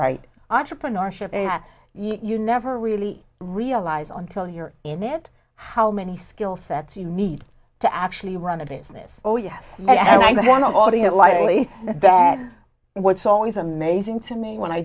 right entrepreneurship you never really realize until you're in it how many skill sets you need to actually run a business oh yes and i know all the it lightly bad what's always amazing to me when i